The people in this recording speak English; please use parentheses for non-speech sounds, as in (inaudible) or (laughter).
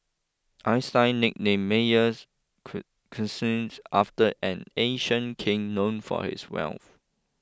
Einstein nicknamed Meyers (unintelligible) Croesus after an ancient king known for his wealth